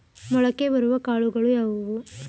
ಮೊಳಕೆ ಬರುವ ಕಾಳುಗಳು ಯಾವುವು?